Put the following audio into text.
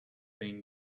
been